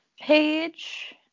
page